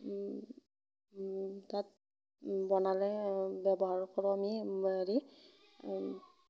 তাত বনালে ব্যৱহাৰ কৰোঁ আমি হেৰি